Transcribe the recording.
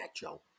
Joe